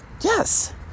yes